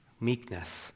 meekness